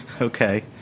Okay